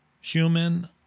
human